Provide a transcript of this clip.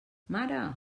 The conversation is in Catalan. mare